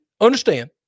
understand